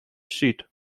sheet